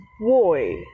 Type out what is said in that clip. Boy